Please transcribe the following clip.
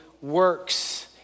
works